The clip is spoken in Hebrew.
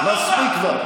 קודם כול,